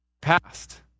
past